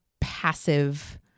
passive